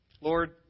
Lord